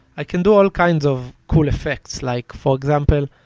i can do all kinds of cool effects. like, for example,